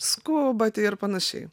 skubate ir panašiai